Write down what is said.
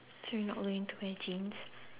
so you not going to wear jeans